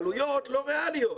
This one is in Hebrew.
העלויות לא ריאליות,